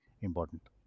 important